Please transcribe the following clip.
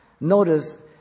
notice